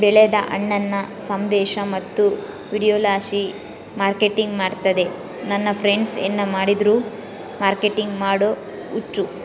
ಬೆಳೆದ ಹಣ್ಣನ್ನ ಸಂದೇಶ ಮತ್ತು ವಿಡಿಯೋಲಾಸಿ ಮಾರ್ಕೆಟಿಂಗ್ ಮಾಡ್ತಿದ್ದೆ ನನ್ ಫ್ರೆಂಡ್ಸ ಏನ್ ಮಾಡಿದ್ರು ಮಾರ್ಕೆಟಿಂಗ್ ಮಾಡೋ ಹುಚ್ಚು